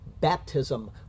baptism